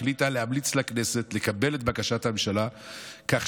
והחליטה להמליץ לכנסת לקבל את בקשת הממשלה כך